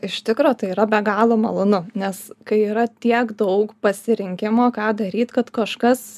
iš tikro tai yra be galo malonu nes kai yra tiek daug pasirinkimo ką daryt kad kažkas